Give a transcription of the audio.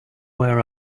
wear